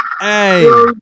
Hey